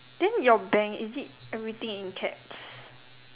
then your bank is it everything in caps